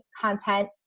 content